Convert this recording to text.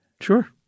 Sure